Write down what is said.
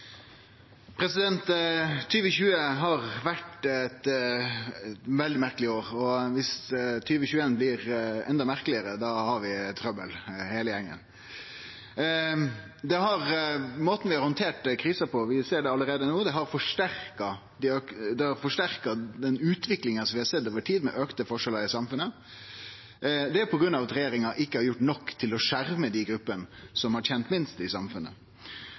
har vore eit veldig merkeleg år, og dersom 2021 blir enda merkelegare, har vi trøbbel heile gjengen. Måten vi har handtert krisa på, vi ser det allereie no, har forsterka den utviklinga som vi har sett over tid med auka forskjellar i samfunnet. Det er på grunn av at regjeringa ikkje har gjort nok for å skjerme dei gruppene som har tent minst i samfunnet.